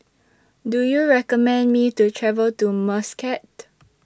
Do YOU recommend Me to travel to Muscat